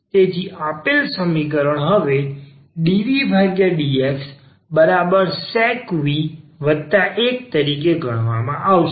તેથી આપેલ સમીકરણ હવે dvdxsec v 1તરીકે ગણવામાં આવશે